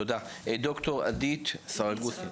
ד"ר עדית סרגוסטי.